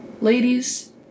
Ladies